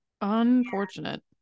unfortunate